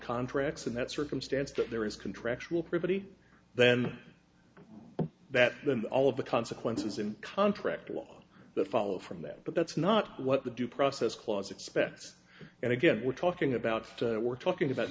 contracts in that circumstance that there is contractual privity then that than all of the consequences in contract law that follow from that but that's not what the due process clause expects and again we're talking about it we're talking about